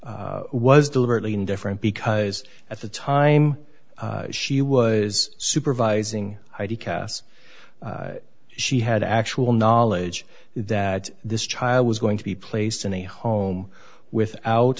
o was deliberately indifferent because at the time she was supervising id cas she had actual knowledge that this child was going to be placed in a home without